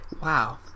Wow